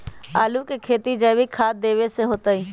आलु के खेती जैविक खाध देवे से होतई?